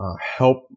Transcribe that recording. help